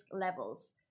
levels